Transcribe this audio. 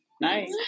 Nice